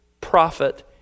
profit